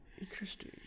Interesting